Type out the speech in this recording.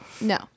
No